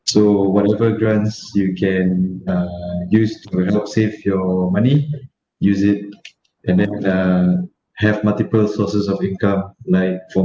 so whatever grants you can uh use will help save your money use it and then uh have multiple sources of income like for